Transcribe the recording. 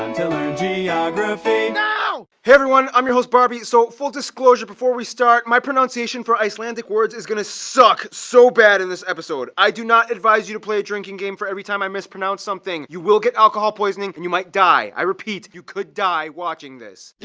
and to learn geography! now! hey everyone! i'm your host barby. so, full disclosure before we start my pronunciation for icelandic words is going to suck so bad in this episode. i do not advise you to play a drinking game for every time i mispronounce something. you will get alcohol poisoning and you might die. i repeat, you could die watching this.